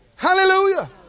Hallelujah